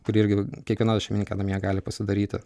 kurį irgi kiekviena šeimininkė namie gali pasidaryti